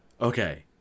okay